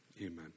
Amen